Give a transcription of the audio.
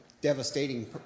devastating